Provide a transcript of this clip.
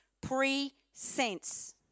pre-sense